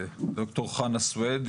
ד"ר חנא סויד,